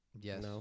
Yes